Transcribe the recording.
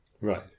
right